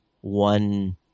one